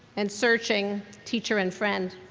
and searching teacher and friend.